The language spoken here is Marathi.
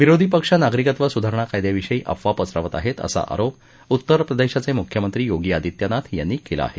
विरोधी पक्ष नागरिकत्व सुधारणा कायद्याविषयी अफवा पसरवत आहेत असा आरोप उत्तर प्रदेशाचे मुख्यमंत्री योगी आदित्यनाथ यांनी केला आहे